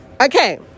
Okay